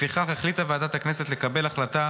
לפיכך החליטה ועדת הכנסת לקבל החלטה